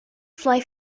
fly